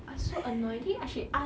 I so annoyed then she ask